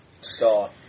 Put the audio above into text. Star